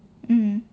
mm